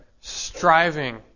striving